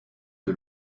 que